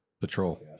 patrol